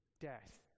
death